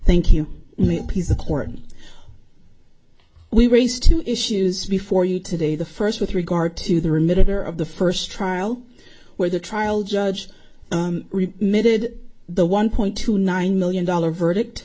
thank you peace accord we raised two issues before you today the first with regard to the remitted or of the first trial where the trial judge mid the one point two nine million dollars verdict